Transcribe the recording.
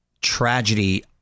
tragedy